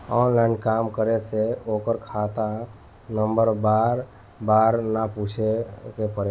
online काम करे से ओकर खाता नंबर बार बार ना पूछे के पड़ी